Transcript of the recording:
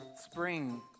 Spring